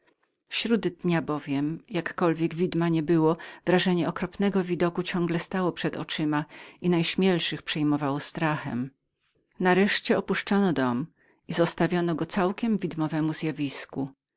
śród dnia bowiem jakkolwiek widma nie było wrażenie jednak okropnego widoku ciągle stało przed oczyma i najśmielszych przejmowało strachem nareszcie opuszczono dom i zostawiono go całkiem zjawisku